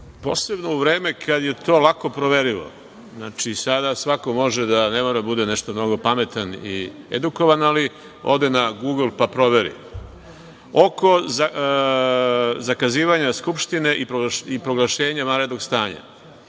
posebno u vreme kad je to lako proverivo. Sada svako može, ne mora da bude nešto mnogo pametan i edukovan, ali ode na Gugl, pa proveri. Oko zakazivanja Skupštine i proglašenja vanrednog stanja.